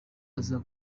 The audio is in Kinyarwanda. aza